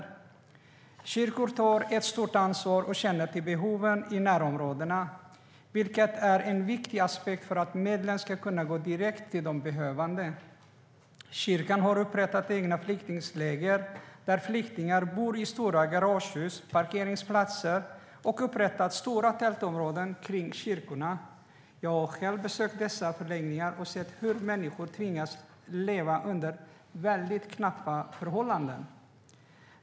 Kyrkan tar ett stort ansvar och känner till behoven i närområdena, vilket är viktigt för att medlen ska kunna gå direkt till de behövande. Kyrkan har upprättat egna flyktingläger i stora garagehus och på parkeringsplatser. Och stora tältområden har upprättats kring kyrkorna. Jag har själv besökt dessa förläggningar och sett hur människor tvingas leva under väldigt knappa förhållanden.